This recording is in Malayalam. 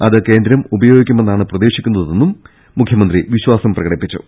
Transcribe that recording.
അത് കേന്ദ്രം ഉപയോഗിക്കുമെന്നാണ് പ്രതീക്ഷിക്കുന്നതെന്നും മുഖ്യ മന്ത്രി വിശ്വാസം പ്രകടിപ്പിച്ചു